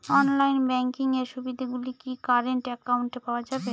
Online banking এর সুবিধে গুলি কি কারেন্ট অ্যাকাউন্টে পাওয়া যাবে?